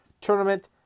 tournament